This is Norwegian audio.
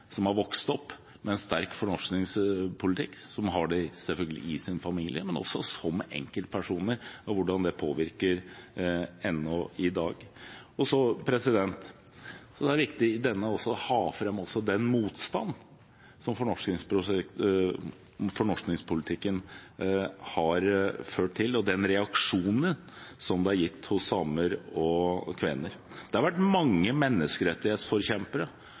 som har vokst opp med en sterk fornorskingspolitikk, selvfølgelig i sin familie, men også som enkeltpersoner, og hvordan det påvirker ennå i dag. Så er det viktig i dette også å ta fram den motstanden som fornorskingspolitikken har ført til, og reaksjonen på den hos samer og kvener. Det har opp gjennom historien vært mange menneskerettighetsforkjempere